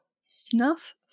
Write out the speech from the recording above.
Snuff